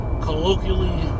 colloquially